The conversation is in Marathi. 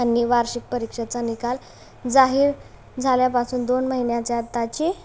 आणि वार्षिक परीक्षेचा निकाल जाहीर झाल्यापासून दोन महिन्याच्या आत त्याची